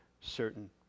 certain